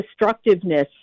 destructiveness